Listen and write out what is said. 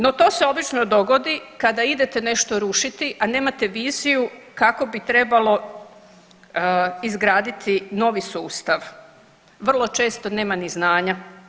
No to se obično dogodi kada idete nešto rušiti, a nemate viziju kako bi trebalo izgraditi novi sustav, vrlo često nema ni znanja.